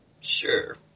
Sure